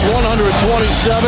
127